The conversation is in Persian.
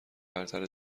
برتر